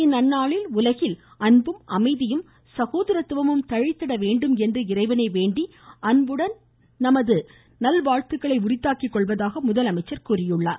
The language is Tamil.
இந்நன்நாளில் உலகில் அன்பும் அமைதியும் சகோதரத்துவமும் தழைத்திட வேண்டும் என்று இறைவனை வேண்டி அன்புடன் தமது நல்வாழ்த்துக்களை உரித்தாக்கி கொள்வதாக முதலமைச்சர் தெரிவித்துள்ளார்